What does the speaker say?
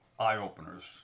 eye-openers